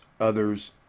others